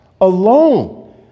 alone